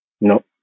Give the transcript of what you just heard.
No